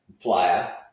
player